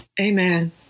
Amen